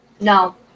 No